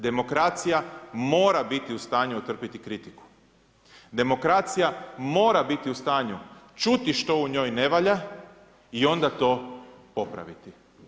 Demokracija mora biti u stanju otrpiti kritiku, demokracija mora biti u stanju čuti što u njoj ne valja i onda to popraviti.